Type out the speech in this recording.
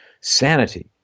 sanity